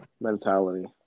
mentality